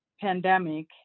pandemic